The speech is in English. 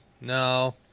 no